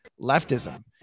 leftism